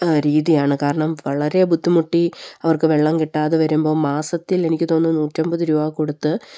രീതിയാണ് കാരണം വളരെ ബുദ്ധിമുട്ടി അവർക്ക് വെള്ളം കിട്ടാതെ വരുമ്പോള് മാസത്തിൽ എനിക്ക് തോന്നുന്നു നൂറ്റിയമ്പത് രൂപ കൊടുത്ത്